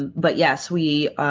but yes, we.